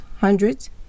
hundreds